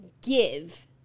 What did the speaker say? give